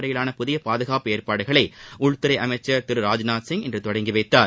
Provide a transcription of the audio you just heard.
முறையிலான புதிய பாதுகாப்பு ஏற்பாடுகளை உள்துறை அமைச்சர் திரு ராஜ்நாத் இன்று தொடங்கி வைத்தார்